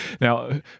Now